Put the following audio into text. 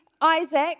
Isaac